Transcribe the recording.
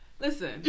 listen